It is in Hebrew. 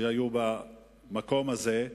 שהיו במקום הזה,